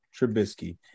Trubisky